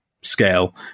scale